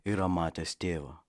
yra matęs tėvą